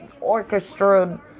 orchestra